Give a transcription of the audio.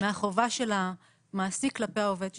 מהחובה של המעסיק כלפי העובד שלו.